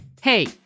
Hey